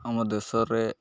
ଆମ ଦେଶରେ